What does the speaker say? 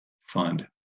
fund